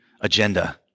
agenda